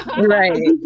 Right